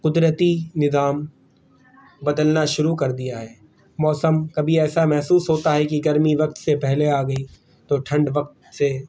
قدرتی نظام بدلنا شروع کر دیا ہے موسم کبھی ایسا محسوس ہوتا ہے کہ گرمی وقت سے پہلے آ گئی تو ٹھنڈ وقت سے